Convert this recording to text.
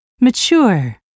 mature